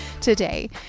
today